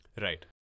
Right